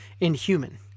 inhuman